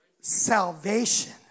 salvation